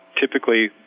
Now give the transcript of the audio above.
Typically